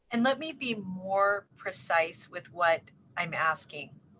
and let me be more precise with what i'm asking.